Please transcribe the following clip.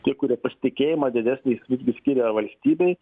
tie kurie pasitikėjimą didesnį irgi skiria valstybei